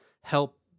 help